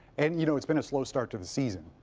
and, you know, it's been a slow start to the season.